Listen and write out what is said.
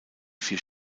vier